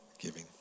giving